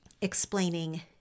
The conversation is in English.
explaining